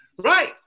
Right